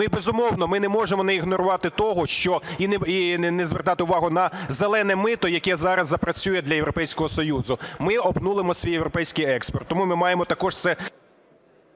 і, безумовно, ми не можемо не ігнорувати того, і не звертати увагу, на "зелене" мито, яке зараз запрацює для Європейського Союзу, ми обнулимо свій європейський експорт. Тому ми маємо також це